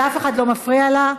ואף אחד לא מפריע לה.